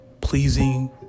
pleasing